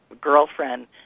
girlfriend